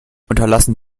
unterlassen